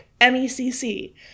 M-E-C-C